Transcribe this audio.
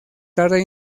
tarde